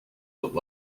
looked